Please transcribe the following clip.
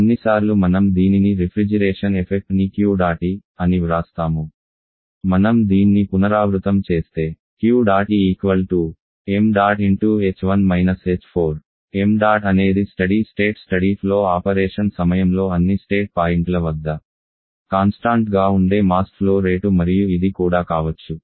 కొన్నిసార్లు మనం దీనిని రిఫ్రిజిరేషన్ ఎఫెక్ట్ ని Q డాట్ E అని వ్రాస్తాము మనం దీన్ని పునరావృతం చేస్తే Q̇̇E ṁ ṁ అనేది steady state steady flow operation సమయంలో అన్ని స్టేట్ పాయింట్ల వద్ద కాన్స్టాంట్ గా ఉండే మాస్ ఫ్లో రేటు మరియు ఇది కూడా కావచ్చు